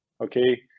okay